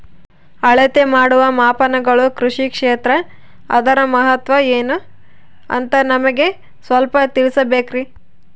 ಅಳತೆ ಮಾಡುವ ಮಾಪನಗಳು ಕೃಷಿ ಕ್ಷೇತ್ರ ಅದರ ಮಹತ್ವ ಏನು ಅಂತ ನಮಗೆ ಸ್ವಲ್ಪ ತಿಳಿಸಬೇಕ್ರಿ?